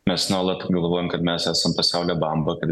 mes nuolat galvojam kad mes esam pasaulio bamba kad